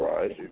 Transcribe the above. Right